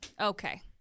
Okay